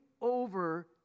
over